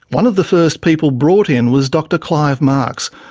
one of the first people brought in was dr clive marks,